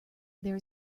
there